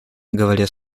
говоря